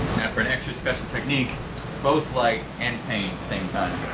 for an extra special technique both like and paint same time